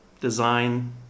design